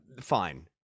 Fine